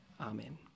Amen